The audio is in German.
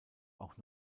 auch